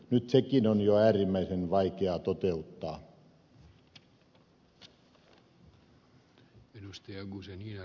nyt sekin on äärimmäisen vaikeaa toteuttaa